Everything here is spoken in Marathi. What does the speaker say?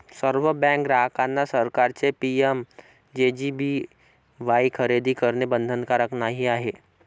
सर्व बँक ग्राहकांना सरकारचे पी.एम.जे.जे.बी.वाई खरेदी करणे बंधनकारक नाही आहे